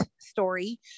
story